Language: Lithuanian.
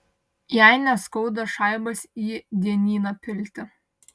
jai neskauda šaibas į dienyną pilti